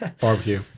Barbecue